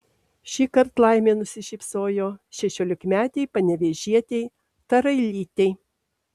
šįkart laimė nusišypsojo šešiolikametei panevėžietei tarailytei